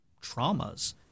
traumas